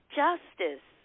justice